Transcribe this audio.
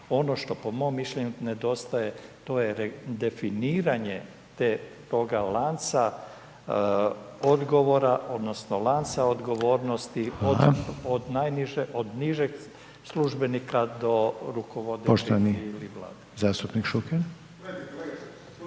Ono što po mom mišljenju nedostaje, to je definiranje toga lanca, odgovora, odnosno, lanca odgovornosti od najniže, od nižeg službenika, do …/Govornik se ne razumije./…